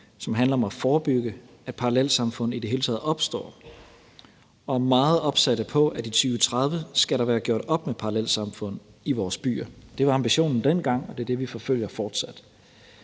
som handler om at forebygge, at parallelsamfund i det hele taget opstår, og er meget opsatte på, at i 2030 skal der være gjort op med parallelsamfund i vores byer. Det var ambitionen dengang, og det er det, vi fortsat